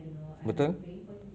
betul